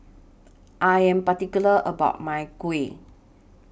I Am particular about My Kuih